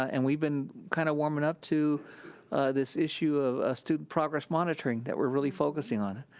and we've been kind of warming up to this issue of ah student progress monitoring that we're really focusing on.